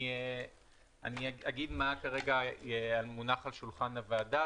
אני אומר מה מונח על שולחן הוועדה.